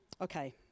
Okay